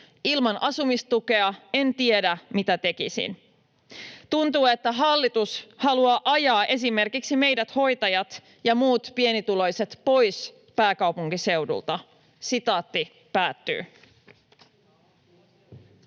Ilman asumistukea en tiedä, mitä tekisin. Tuntuu, että hallitus haluaa ajaa esimerkiksi meidät hoitajat ja muut pienituloiset pois pääkaupunkiseudulta.” [Speech